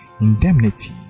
indemnity